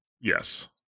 yes